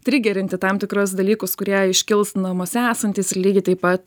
trigerinti tam tikrus dalykus kurie iškils namuose esantys ir lygiai taip pat